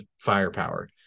firepower